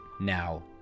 now